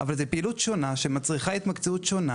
אבל זו פעילות שונה, שמצריכה התמקצעות שונה.